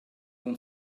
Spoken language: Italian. con